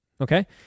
Okay